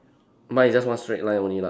mine is just one straight line only lah